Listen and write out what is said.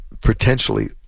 potentially